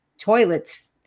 toilets